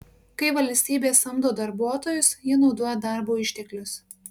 kai valstybė samdo darbuotojus ji naudoja darbo išteklius